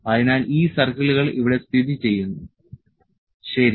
അതിനാൽ ഈ 6 സർക്കിളുകൾ ഇവിടെ സ്ഥിതിചെയ്യുന്നു ശരി